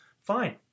Fine